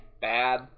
bad